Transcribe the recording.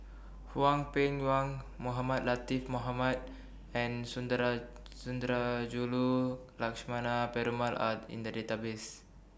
Hwang Peng Yuan Mohamed Latiff Mohamed and Sundarajulu Lakshmana Perumal Are in The Database